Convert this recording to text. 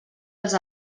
els